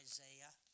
Isaiah